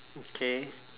okay